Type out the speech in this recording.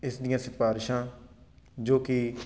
ਇਸ ਦੀਆਂ ਸਿਫਾਰਿਸ਼ਾਂ ਜੋ ਕਿ